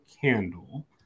Candle